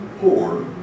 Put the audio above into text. poor